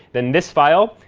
then this file,